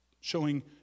showing